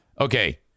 okay